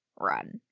run